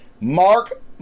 Mark